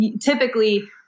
typically